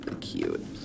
cute